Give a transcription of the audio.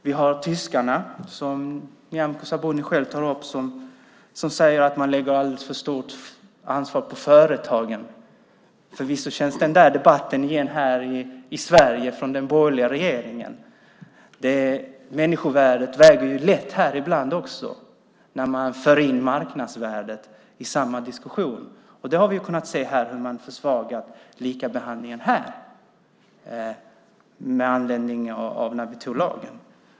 Vi har tyskarna, som Nyamko Sabuni själv tar upp, som säger att det läggs alldeles för stort ansvar på företagen. Den debatten känns förvisso igen härifrån Sverige och den borgerliga regeringen. Också här väger människovärdet lätt ibland när man för in marknadsvärdet i samma diskussion. Vi kunde ju se hur man försvagade likabehandlingen här när vi antog lagen.